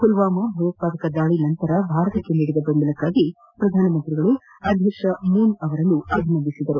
ಪುಲ್ವಾಮ ಭಯೋತ್ಪಾದಕ ದಾಳಿ ನಂತರ ಭಾರತಕ್ಕೆ ನೀಡಿದ ಬೆಂಬಲಕ್ಕಾಗಿ ಪ್ರಧಾನಮಂತ್ರಿಯವರು ಅಧ್ಯಕ್ಷ ಮೂನ್ ಅವರನ್ನು ಅಭಿವಂದಿಸಿದರು